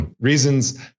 reasons